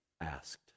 asked